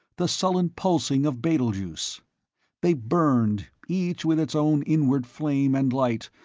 the sullen pulsing of betelgeuse. they burned, each with its own inward flame and light,